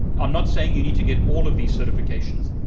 i'm not saying you need to get all of these certifications,